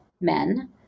men